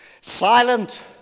silent